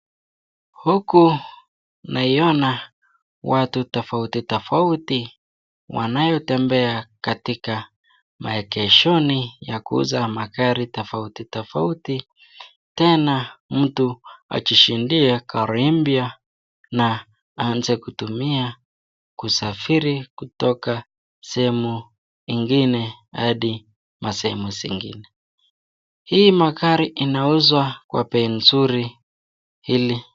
Huku naipna watu tofautitofauti , wanaotembea katika maegeshoni yankuuza magari tofautitofauti, tena mtu ajishindie gari mpya na aanze kutumia kusafiri kutoka sehemu zingine hadi masehemu zingine, hii magari inauzwa kwa bei mzuri ili.